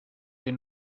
den